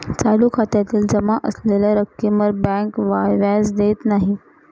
चालू खात्यातील जमा असलेल्या रक्कमेवर बँक व्याज देत नाही